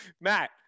matt